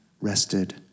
rested